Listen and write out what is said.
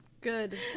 Good